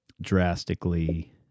drastically